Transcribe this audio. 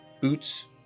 boots